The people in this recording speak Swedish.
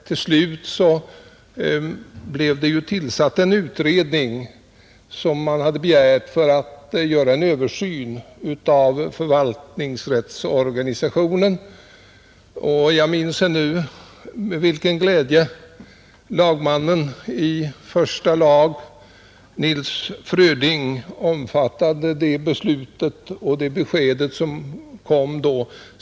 Till slut tillsattes en utredning, som var begärd, för att göra en översyn av förvaltningsrättsorganisationen. Jag minns ännu med vilken glädje ledamoten i första lagutskottet, lagman Nils Fröding, omfattade det beslutet och det besked som då kom.